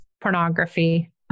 pornography